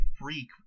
freak